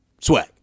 Swag